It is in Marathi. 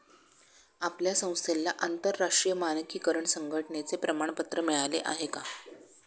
आपल्या संस्थेला आंतरराष्ट्रीय मानकीकरण संघटने चे प्रमाणपत्र मिळाले आहे का?